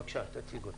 בבקשה, תציג אותה.